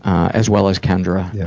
as well as kendra. yeah